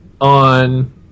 on